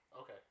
Okay